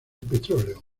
petróleo